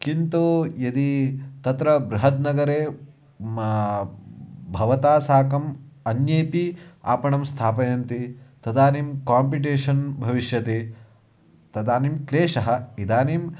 किन्तु यदि तत्र बृहत् नगरे मा भवता साकम् अन्येपि आपणं स्थापयन्ति तदानिं काम्पिटेशन् भविष्यति तदानीं क्लेशः इदानीम्